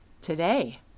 today